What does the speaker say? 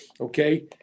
okay